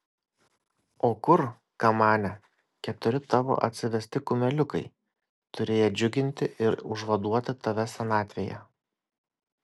o kur kamane keturi tavo atsivesti kumeliukai turėję džiuginti ir užvaduoti tave senatvėje